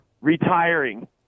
retiring